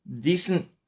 decent